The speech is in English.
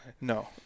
No